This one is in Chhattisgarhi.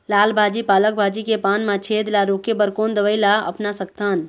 लाल भाजी पालक भाजी के पान मा छेद ला रोके बर कोन दवई ला अपना सकथन?